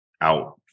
out